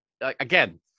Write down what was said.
again